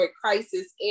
crisis